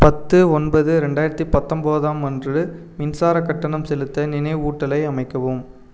பத்து ஒன்பது ரெண்டாயிரத்தி பத்தொம்பதாம் அன்று மின்சார கட்டணம் செலுத்த நினைவூட்டலை அமைக்கவும்